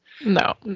no